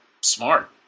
smart